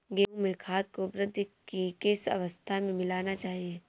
गेहूँ में खाद को वृद्धि की किस अवस्था में मिलाना चाहिए?